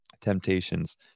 temptations